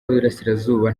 y’iburasirazuba